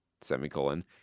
semicolon